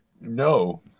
no